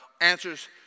answers